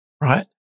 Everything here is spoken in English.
right